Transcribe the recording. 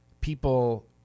people